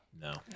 No